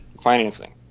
financing